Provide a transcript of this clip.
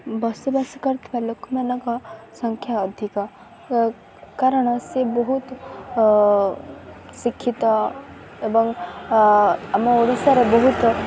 ବସବାସ କରୁଥିବା ଲୋକମାନଙ୍କ ସଂଖ୍ୟା ଅଧିକ କାରଣ ସେ ବହୁତ ଶିକ୍ଷିତ ଏବଂ ଆମ ଓଡ଼ିଶାରେ ବହୁତ